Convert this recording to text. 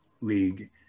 league